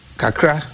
kakra